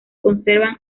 conservan